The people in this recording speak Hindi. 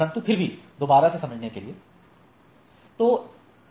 परंतु फिर भी दोबारा से समझने के लिए संदर्भ समय 1547